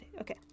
okay